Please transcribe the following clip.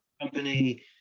company